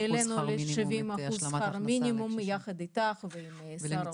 שהעלנו לשבעים אחוז את שכר מינימום יחד איתך ועם השר.